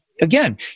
again